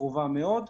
הקרובה מאוד.